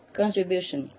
contribution